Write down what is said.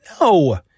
No